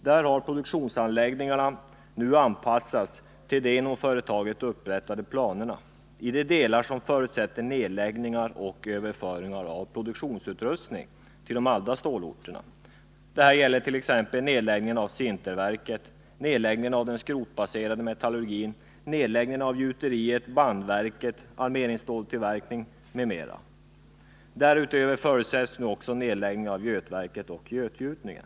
Där har produktionsanläggningarna nu anpassats till de inom företaget upprättade planerna i de delar som förutsätter nedläggningar och överföringar av produktionsutrustning till de andra stålorterna. Det gäller t.ex. nedläggning av sinterverket, av den skrotbaserade metallurgin, av gjuteriet, av bandverket, av armeringsstålstillverkningen m.m. Därutöver förutsätts nu också nedläggning av götverket och götgjutningen.